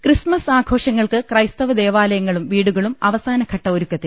Christmas ആഘോഷങ്ങൾക്ക് ക്രൈസ്തവ ദേവാലയങ്ങളും വീടുകളും അവസാനഘട്ട ഒരുക്കത്തിൽ